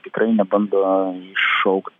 tikrai nebando šaukt